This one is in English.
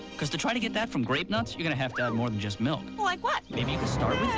cause to try to get that from grape nuts you're gonna have to add more than just milk. like what? maybe you could start with